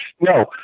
no